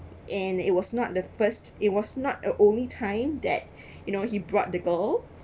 and it was not the first it was not a only time that you know he brought the girl